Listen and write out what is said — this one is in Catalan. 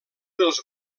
dels